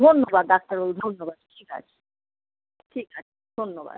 ধন্যবাদ ডাক্তারবাবু ধন্যবাদ ঠিক আছে ঠিক আছে ধন্যবাদ